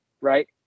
right